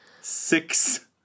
Six